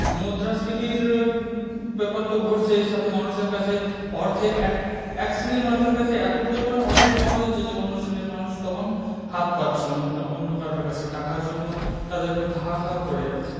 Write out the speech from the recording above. মুদ্রাস্ফীতির ব্যাপার তো ঘটছে সাথে মানুষের কাছে অর্থে এক এক শ্রেণীর মানুষের কাছে এত পরিমাণ অর্থ জমা হয়ে যাচ্ছে যে অন্য শ্রেণীর মানুষ তখন হাত পাতছে অন্য কারো অন্য কারোর কাছে টাকার জন্য তাদের মধ্যে হাহাকার পড়ে যাচ্ছে